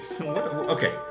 Okay